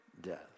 death